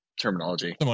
terminology